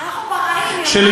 אנחנו ברעים, היא אמרה, שלפני,